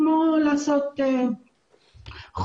כמו לעשות חוג